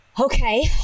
okay